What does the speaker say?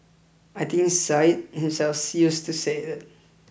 I think Syed himself used to say that